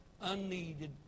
unneeded